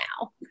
now